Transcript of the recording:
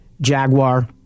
Jaguar